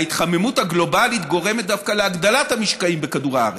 ההתחממות הגלובלית גורמת דווקא להגדלת המשקעים בכדור הארץ.